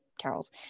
carols